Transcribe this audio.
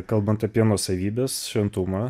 kalbant apie nuosavybės šventumą